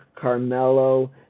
Carmelo